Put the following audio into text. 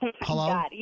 Hello